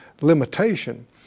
limitation